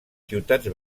ciutats